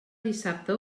dissabte